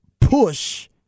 push